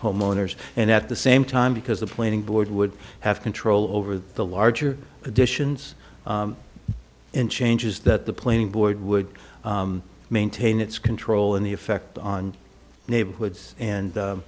homeowners and at the same time because the planning board would have control over the larger additions and changes that the planning board would maintain its control and the effect on neighborhoods and